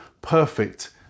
perfect